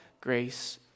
grace